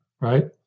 right